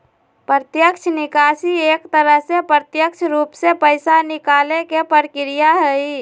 प्रत्यक्ष निकासी एक तरह से प्रत्यक्ष रूप से पैसा निकाले के प्रक्रिया हई